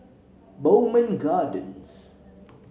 Bowmont Gardens